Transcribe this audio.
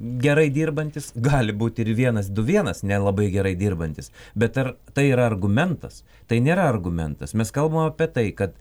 gerai dirbantis gali būt ir vienas du vienas nelabai gerai dirbantis bet ar tai yra argumentas tai nėra argumentas mes kalbam apie tai kad